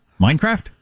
Minecraft